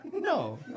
No